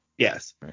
Yes